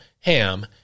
Ham